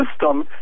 system